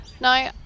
No